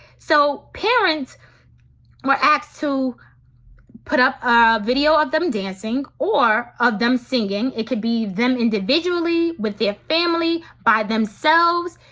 so parents were asked to put up a video of them dancing or of them singing. it could be them individually with their family, by themselves.